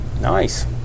Nice